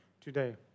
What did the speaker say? today